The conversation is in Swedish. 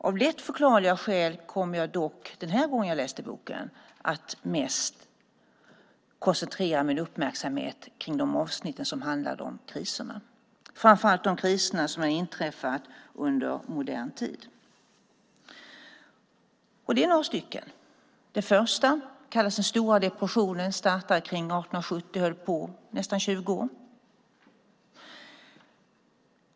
Av lätt förklarliga skäl kom jag dock den här gången jag läste boken att mest koncentrera min uppmärksamhet på de avsnitt som handlade om kriserna, framför allt de kriser som har inträffat under modern tid, och det är några stycken. Den första krisen kallas den stora depressionen och startade omkring 1870 och höll på i nästan 20 år.